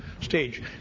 stage